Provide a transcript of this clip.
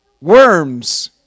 worms